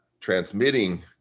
transmitting